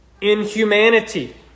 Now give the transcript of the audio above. inhumanity